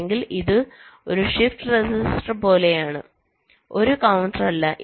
അല്ലെങ്കിൽ ഇതൊരു shift register പോലെയാണ് ഒരു കൌണ്ടറല്ല